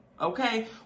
Okay